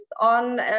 on